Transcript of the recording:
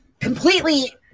completely